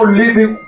living